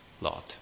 Lot